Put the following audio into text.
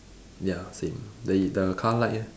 ya same the the car light eh